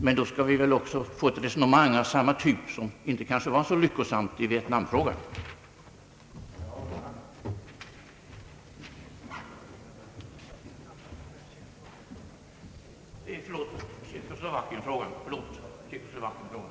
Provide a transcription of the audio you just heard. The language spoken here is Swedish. Men då skall vi väl också få ett resonemang av samma typ som beträffande Tjeckoslovakien, vilket kanske inte var så lyckligt.